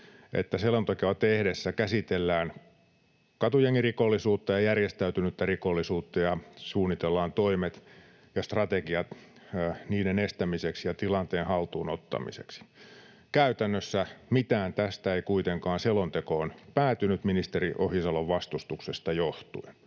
että selontekoa tehdessä käsitellään katujengirikollisuutta ja järjestäytynyttä rikollisuutta ja suunnitellaan toimet ja strategiat niiden estämiseksi ja tilanteen haltuun ottamiseksi. Käytännössä mitään tästä ei kuitenkaan selontekoon päätynyt ministeri Ohisalon vastustuksesta johtuen.